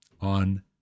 on